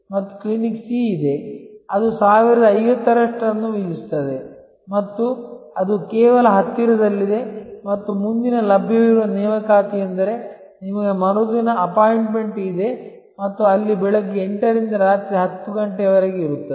ಮತ್ತು clinic C ಇದೆ ಅದು 1050 ರಷ್ಟನ್ನು ವಿಧಿಸುತ್ತದೆ ಮತ್ತು ಅದು ಕೇವಲ ಹತ್ತಿರದಲ್ಲಿದೆ ಮತ್ತು ಮುಂದಿನ ಲಭ್ಯವಿರುವ ನೇಮಕಾತಿಯೆಂದರೆ ನಿಮಗೆ ಮರುದಿನ ಅಪಾಯಿಂಟ್ಮೆಂಟ್ ಇದೆ ಮತ್ತು ಅಲ್ಲಿ ಬೆಳಿಗ್ಗೆ 8 ರಿಂದ ರಾತ್ರಿ 10 ಗಂಟೆಯವರೆಗೆ ಇರುತ್ತದೆ